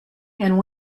and